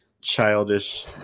childish